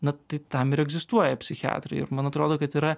na tai tam ir egzistuoja psichiatrai ir man atrodo kad yra